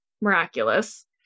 miraculous